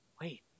wait